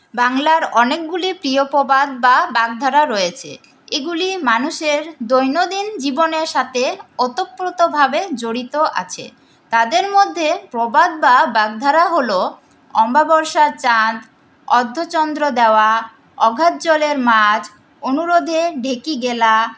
বাংলার অনেকগুলি প্রিয় প্রবাদ বা বাগধারা রয়েছে এগুলি মানুষের দৈনদিন জীবনের সঙ্গে ওতপ্রোতভাবে জড়িত আছে তাদের মধ্যে প্রবাদ বা বাগধারা হল অমাবস্যার চাঁদ অর্ধচন্দ্র দেওয়া অগাধ জলের মাছ অনুরোধে ঢেঁকি গেলা